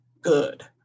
good